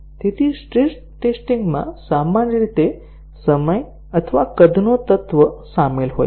stress testing માં સામાન્ય રીતે સમય અથવા કદનો તત્વ શામેલ હોય છે